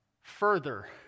further